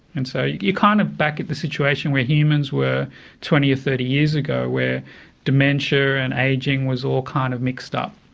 and so you're kind of back at the situation where humans were twenty or thirty years ago, where dementia and ageing was all kind of mixed up.